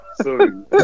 Sorry